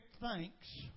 thanks